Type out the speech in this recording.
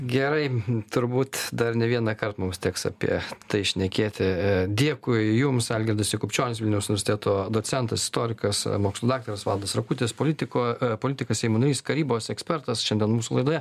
gerai turbūt dar ne vienąkart mums teks apie tai šnekėti dėkui jums algirdas jakubčionis vilniaus universiteto docentas istorikas mokslų daktaras valdas rakutis politiko politikas seimo narys karybos ekspertas šiandien mūsų laidoje